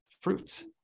Fruits